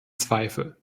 zweifel